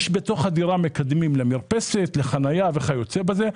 יש בתוך הדירה מקדמים למפרסת, לחניה וכיוצא בזה.